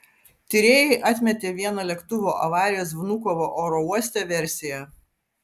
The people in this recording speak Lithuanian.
tyrėjai atmetė vieną lėktuvo avarijos vnukovo oro uoste versiją